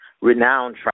renowned